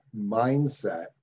mindset